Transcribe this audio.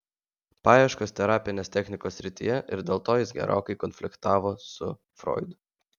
paieškos terapinės technikos srityje ir dėl to jis gerokai konfliktavo su froidu